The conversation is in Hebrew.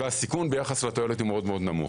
והסיכון ביחס לתועלת הוא מאוד נמוך.